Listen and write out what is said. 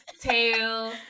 Tail